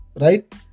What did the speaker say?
right